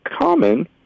common